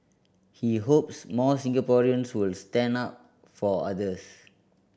he hopes more Singaporeans will stand up for others